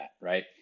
right